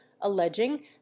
alleging